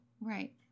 Right